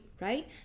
right